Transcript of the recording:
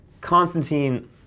Constantine